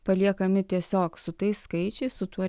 paliekami tiesiog su tais skaičiais su tuo